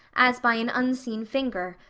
as by an unseen finger,